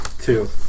Two